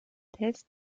test